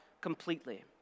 completely